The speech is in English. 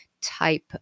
type